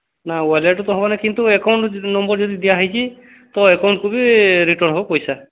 ନା ୱାଲେଟରୁ ତ ହେବ ନାହିଁ ଯଦି ଆକାଉଣ୍ଟ୍ ନମ୍ବର୍ ଯଦି ଦିଆହୋଇଛି ତ ଆକାଉଣ୍ଟ୍କୁ ବି ରିଟର୍ନ ହେବ ପଇସା